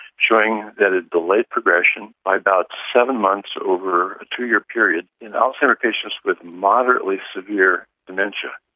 showing that it delayed progression by about seven months over a two-year period in alzheimer's patients with moderately severe dementia.